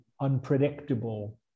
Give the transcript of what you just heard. unpredictable